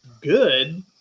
good